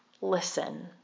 listen